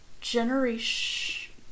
generation